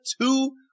two